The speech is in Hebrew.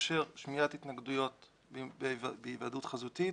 לאפשר שמיעת התנגדויות בהיוועדות חזותית